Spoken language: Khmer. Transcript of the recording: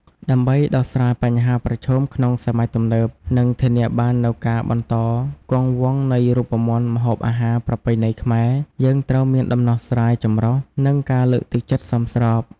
ដើម្បីដោះស្រាយបញ្ហាប្រឈមក្នុងសម័យទំនើប និងធានាបាននូវការបន្តគង់វង្សនៃរូបមន្តម្ហូបអាហារប្រពៃណីខ្មែរ យើងត្រូវមានដំណោះស្រាយចម្រុះ និងការលើកទឹកចិត្តសមស្រប។